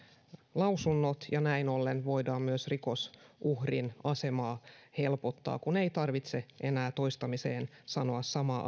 lausunnot ja näin ollen voidaan myös rikosuhrin asemaa helpottaa kun ei tarvitse enää toistamiseen sanoa samaa